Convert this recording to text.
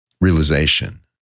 realization